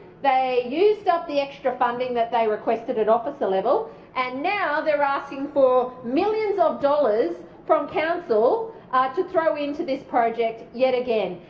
they used up the extra funding that they requested at officer level and now they're asking for millions of dollars from council to throw in to this project yet again.